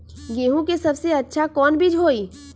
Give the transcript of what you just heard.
गेंहू के सबसे अच्छा कौन बीज होई?